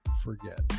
forget